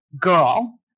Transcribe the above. girl